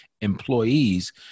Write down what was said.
employees